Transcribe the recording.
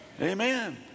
Amen